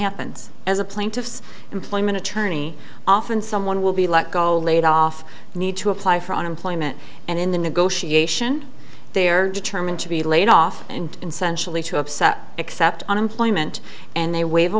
happens as a plaintiff's employment attorney often someone will be let go laid off need to apply for unemployment and in the negotiation they are determined to be laid off and consensually to upset except unemployment and they waive